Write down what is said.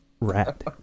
rat